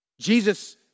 Jesus